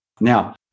Now